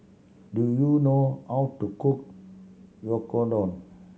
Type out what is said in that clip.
do you know how to cook Oyakodon